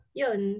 yun